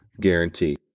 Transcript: guarantee